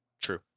True